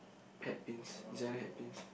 hat pins designer hat pins